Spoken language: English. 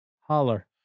Holler